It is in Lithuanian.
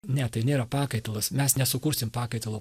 ne tai nėra pakaitalas mes nesukursim pakaitalo